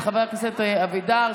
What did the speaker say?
את חבר הכנסת אלי אבידר,